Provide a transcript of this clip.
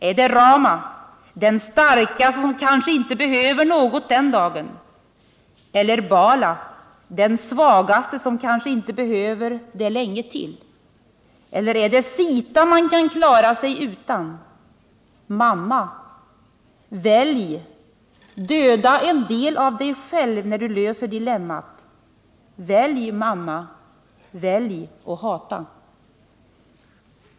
Är det Rama, den starkaste som kanske inte behöver något den dagen? Eller Bala, den svagaste som kanske inte behöver det länge till? Eller är det Zita man kan klara sig utan? Mamma, välj, döda en del av dig själv när du löser dilemmat.